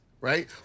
right